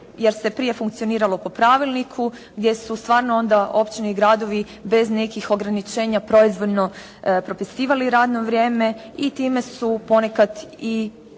jer se prije funkcioniralo po pravilniku, gdje su stvarno onda općine i gradovi bez nekih ograničenja proizvoljno propisivali radno vrijem i time su ponekada i